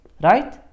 Right